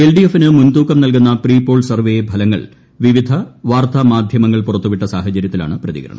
എൽഡിഎഫിന് മുൻതൂക്കം നൽകുന്ന pre poll survey ഫലങ്ങൾ വിവിധ വാർത്താ മാധ്യമങ്ങൾ പുറത്തുവിട്ട സാഹചര്യത്തിലാണ് പ്രതികരണം